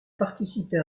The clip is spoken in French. participé